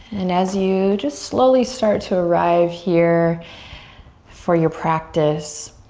and as you just slowly start to arrive here for your practice